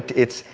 it's,